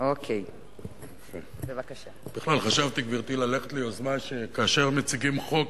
בכלל חשבתי, גברתי, שכאשר מציגים חוק